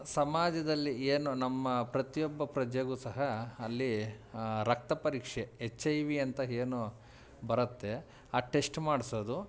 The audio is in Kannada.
ಸಮಾಜದಲ್ಲಿ ಏನು ನಮ್ಮ ಪ್ರತಿಯೊಬ್ಬ ಪ್ರಜೆಗೂ ಸಹ ಅಲ್ಲೀ ರಕ್ತ ಪರೀಕ್ಷೆ ಎಚ್ ಐ ವಿ ಅಂತ ಏನು ಬರುತ್ತೆ ಆ ಟೆಸ್ಟ್ ಮಾಡ್ಸೋದು